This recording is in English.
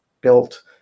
built